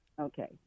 Okay